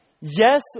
yes